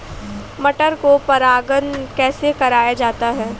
मटर को परागण कैसे कराया जाता है?